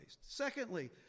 Secondly